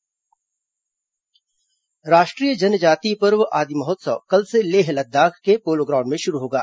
आदि महोत्सव राष्ट्रीय जनजातीय पर्व आदि महोत्सव कल से लेह लद्दाख के पोलो ग्राउंड में शुरू होगा